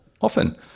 often